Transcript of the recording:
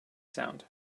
sound